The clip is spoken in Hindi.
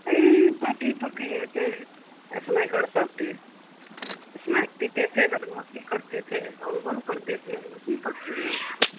आ ई पार्टी पर किए थे स्मैकर सब पर स्मैक पीते थे बदमाशी करते थे शोरगुल करते थे उसी पर किए हैं